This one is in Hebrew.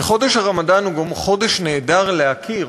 שחודש הרמדאן הוא גם חודש נהדר להכיר